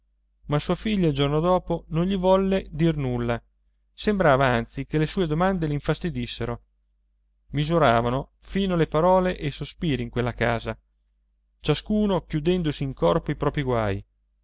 ma sua figlia il giorno dopo non gli volle dir nulla sembrava anzi che le sue domande l'infastidissero misuravano fino le parole e i sospiri in quella casa ciascuno chiudendosi in corpo i propri guai